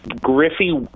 Griffey